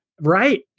Right